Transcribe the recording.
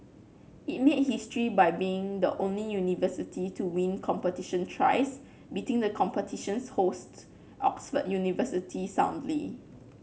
it made history by being the only university to win competition thrice beating the competition's host Oxford University soundly